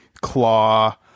Claw